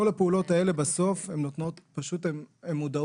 כל הפעולות האלה בסוף נותנות פשוט מודעות.